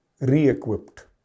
re-equipped